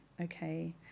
Okay